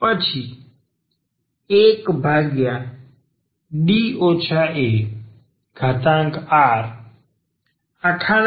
પછી 1D areaxxrr